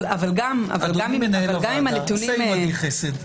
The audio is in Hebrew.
אדוני מנהל הוועדה, עשה עמדי חסד.